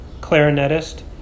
clarinetist